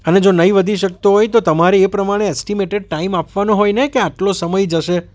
અને જો નહીં વધી શકતો હોય તો તમારે એ પ્રમાણે એસ્ટીમેટેડ ટાઈમ આપવાનો હોય ને કે આટલો સમય જશે